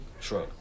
Shrug